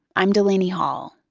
i'm delaney hall,